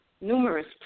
Numerous